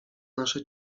nasze